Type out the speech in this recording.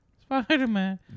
Spider-Man